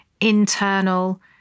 internal